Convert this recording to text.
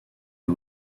les